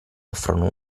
offrono